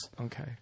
Okay